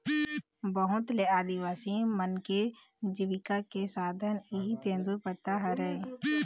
बहुत ले आदिवासी मन के जिविका के साधन इहीं तेंदूपत्ता हरय